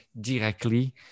directly